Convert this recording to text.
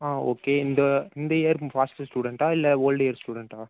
ஆ okay இந்த இந்த year passed ஸ்டுடென்ட்டா இல்லை ஓல்ட் இயர் ஸ்டுடென்ட்டா